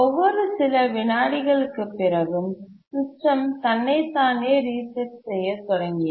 ஒவ்வொரு சில விநாடிகளுக்குப் பிறகும் சிஸ்டம் தன்னை தானே ரீசெட் செய்ய தொடங்கியது